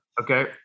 okay